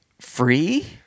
free